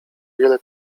wiele